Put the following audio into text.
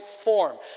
form